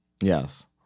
Yes